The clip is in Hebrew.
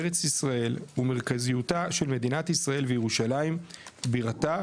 ארץ ישראל ומרכזיותה של מדינת ישראל וירושלים בירתה,